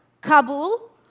Kabul